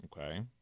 okay